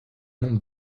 nombre